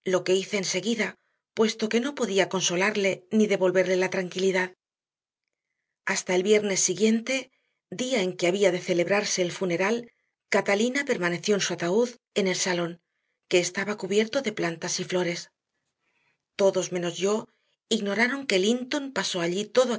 lo que hice enseguida puesto que no podía consolarle ni devolverle la tranquilidad hasta el viernes siguiente día en que había de celebrarse el funeral catalina permaneció en su ataúd en el salón que estaba cubierto de plantas y flores todos menos yo ignoraron que linton pasó allí todo